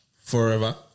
Forever